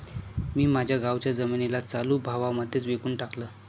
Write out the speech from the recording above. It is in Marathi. मी माझ्या गावाच्या जमिनीला चालू भावा मध्येच विकून टाकलं